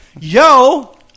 yo –